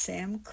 Sam